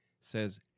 says